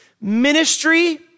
Ministry